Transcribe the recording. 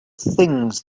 things